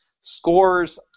scores